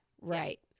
Right